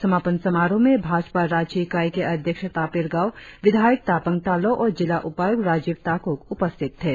समापन समारोह में भाजपा राज्य इकाई के अध्यक्ष तापिर गाव विधायक तापंग तालो और जिला उपायुक्त राजीव ताकुक उपस्थित थे